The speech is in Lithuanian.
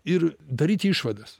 ir daryt išvadas